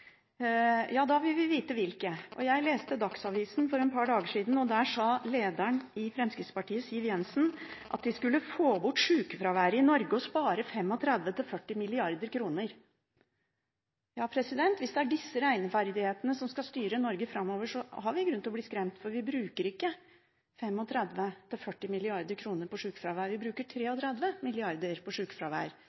Da vil vi vite hvilke. Jeg leste Dagsavisen for et par dager siden, og der sto det at lederen i Fremskrittspartiet, Siv Jensen, sa at de skulle få bort sykefraværet i Norge og spare 35–40 mrd. kr. Hvis det er med disse regneferdighetene en skal styre Norge framover, har vi grunn til å bli skremt, for vi bruker ikke 35–40 mrd. kr, vi bruker 33 mrd. kr på